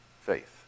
faith